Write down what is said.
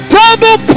double